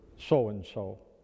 So-and-so